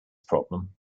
problem